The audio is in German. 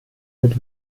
mit